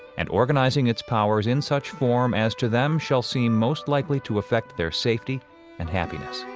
and organizing its powers in such form, as to them shall seem most likely to affect their safety and happiness.